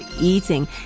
eating